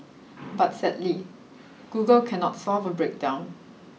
but sadly Google cannot solve a breakdown